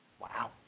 Wow